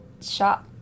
shop